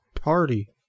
Party